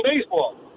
baseball